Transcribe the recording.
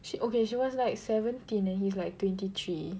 she okay she was like seventeen and he's like twenty three